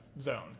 zone